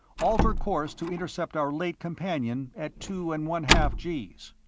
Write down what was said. alter course to intercept our late companion at two and one-half gee's.